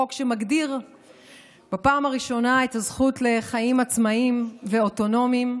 חוק שמגדיר בפעם הראשונה את הזכות לחיים עצמאיים ואוטונומיים.